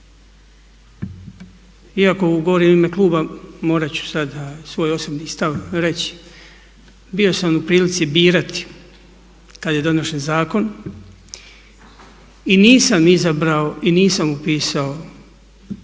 Iako govorim u ime kluba, morat ću sada svoj osobni stav reći. Bio sam u prilici birati kad je donesen zakon i nisam izabrao i nisam upisao